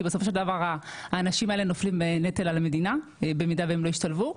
כי בסופו של דבר האנשים האלה נופלים נטל על המדינה במידה שהם לא ישתלבו.